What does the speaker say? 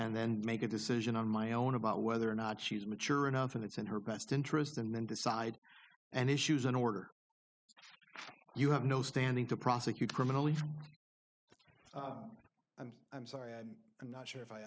and then make a decision on my own about whether or not she is mature enough and it's in her best interest and then decide and issues an order you have no standing to prosecute criminally and i'm sorry i'm not sure if i